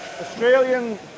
Australian